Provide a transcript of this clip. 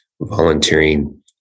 volunteering